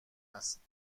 است